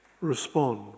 Respond